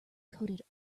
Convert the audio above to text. coated